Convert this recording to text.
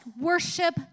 worship